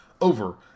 over